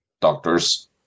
doctors